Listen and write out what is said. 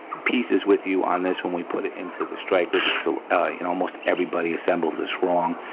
pieces with you on this when we put it into the striker because ah ah and almost everybody assembles this wrong.